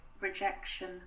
rejection